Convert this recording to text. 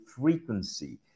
frequency